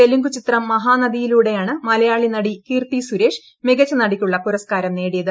തെലുങ്കു ചിത്രം മഹാനദിയിലൂടെയാണ് മലയാളി നടി കീർത്തി സുരേഷ് മികച്ച നടിക്കുളള പുരസ്കാരം നേടിയത്